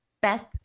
Beth